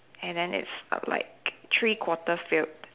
and then it's like three quarter filled